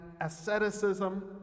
asceticism